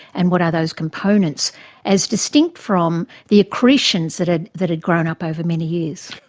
and what are those components as distinct from the accretions that had that had grown up over many years?